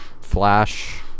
flash